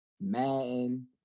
Madden